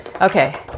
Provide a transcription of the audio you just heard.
okay